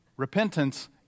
Repentance